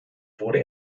wurde